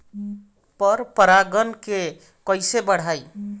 पर परा गण के कईसे बढ़ाई?